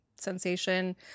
sensation